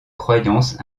croyance